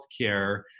healthcare